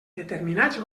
determinats